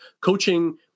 coaching